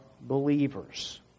believers